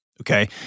Okay